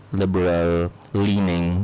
liberal-leaning